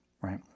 right